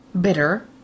bitter